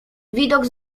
widok